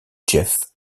jeff